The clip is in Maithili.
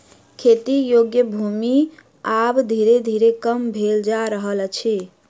खेती योग्य भूमि आब धीरे धीरे कम भेल जा रहल अछि